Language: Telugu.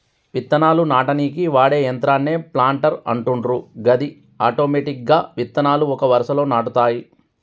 విత్తనాలు నాటనీకి వాడే యంత్రాన్నే ప్లాంటర్ అంటుండ్రు గది ఆటోమెటిక్గా విత్తనాలు ఒక వరుసలో నాటుతాయి